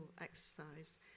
exercise